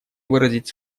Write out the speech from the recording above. выразить